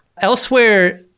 Elsewhere